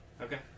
Okay